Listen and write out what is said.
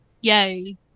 Yay